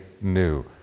new